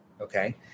okay